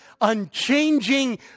unchanging